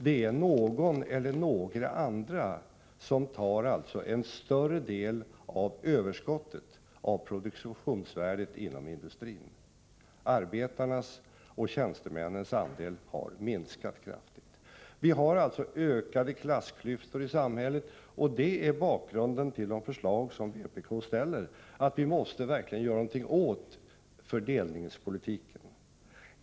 Det är någon eller några andra som således tar en större del av överskottet av produktionsvärdet inom industrin. Arbetarnas och tjänstemännens andel har minskat kraftigt. Klassklyftorna i samhället har således ökat, och det är bakgrunden till de förslag som vpk ställer och som går ut på att vi måste göra något åt fördelningspolitiken.